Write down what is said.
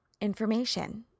information